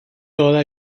toda